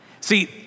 See